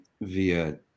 via